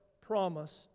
promised